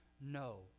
No